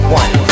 one